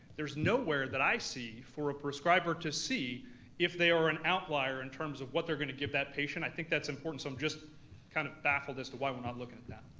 there's nowhere that i see for a prescriber to see if they are an outlier in terms of what they're gonna give that patient, i think that's important, so i'm just kind of baffled as to why we're not looking at that.